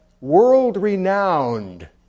world-renowned